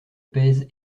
pèse